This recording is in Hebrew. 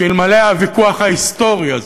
שאלמלא הוויכוח ההיסטורי הזה